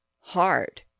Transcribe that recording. hard